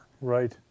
right